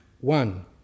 one